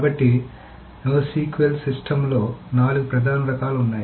కాబట్టి NoSQL సిస్టమ్స్లో నాలుగు ప్రధాన రకాలు ఉన్నాయి